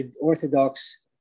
orthodox